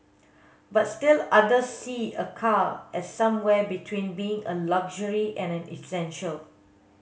but still others see a car as somewhere between being a luxury and an essential